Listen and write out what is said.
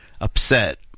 upset